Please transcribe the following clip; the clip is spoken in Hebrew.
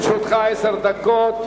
לרשותך עשר דקות.